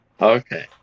okay